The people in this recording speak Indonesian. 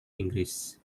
inggris